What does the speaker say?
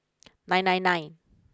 nine nine nine